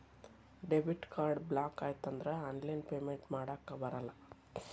debit card block ಆಯ್ತಂದ್ರ online payment ಮಾಡಾಕಬರಲ್ಲ